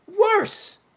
Worse